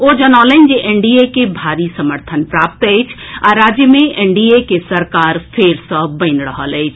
ओ जनौलनि जे एनडीए के भारी समर्थन प्राप्त अछि आ राज्य मे एनडीए कें सरकार फेर सँ बनि रहल अछि